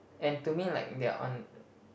and to me like they're on